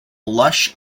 lush